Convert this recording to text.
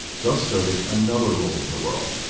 thus serving another role in the world.